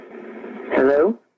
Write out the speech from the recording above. Hello